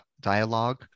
dialogue